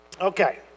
Okay